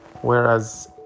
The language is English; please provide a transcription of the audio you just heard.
Whereas